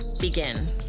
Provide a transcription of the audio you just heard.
begin